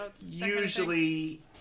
usually